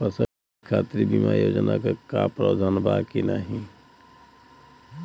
फसल के खातीर बिमा योजना क भी प्रवाधान बा की नाही?